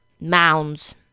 Mounds